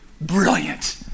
Brilliant